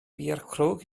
bierkrug